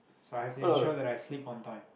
so I have to ensure that I sleep on time